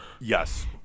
Yes